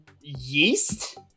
Yeast